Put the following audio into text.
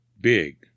big